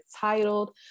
titled